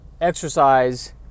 exercise